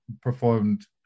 performed